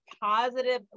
positive